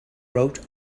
wrote